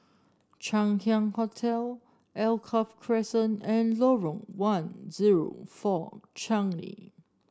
Chang Ziang Hotel Alkaff Crescent and Lorong one zero four Changi